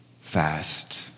fast